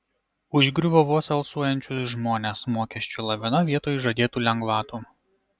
užgriuvo vos alsuojančius žmones mokesčių lavina vietoj žadėtų lengvatų